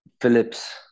Phillips